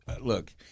look